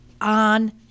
on